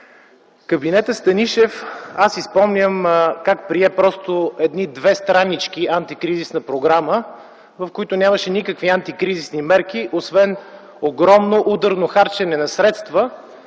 кабинетът Станишев прие две странички антикризисна програма, в които нямаше никакви антикризисни мерки, освен огромно ударно харчене на средства,